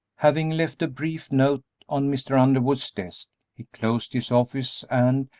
having left a brief note on mr. underwood's desk he closed his office, and,